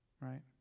Right